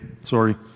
Sorry